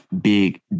big